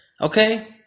Okay